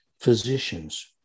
physicians